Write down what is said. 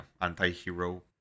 Anti-hero